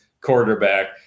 quarterback